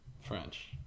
French